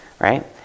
right